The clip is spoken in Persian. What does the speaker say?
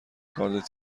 کارد